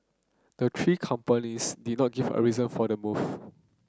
the three companies did not give a reason for the move